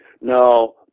no